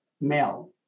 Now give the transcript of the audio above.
male